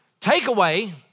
Takeaway